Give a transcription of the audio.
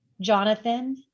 Jonathan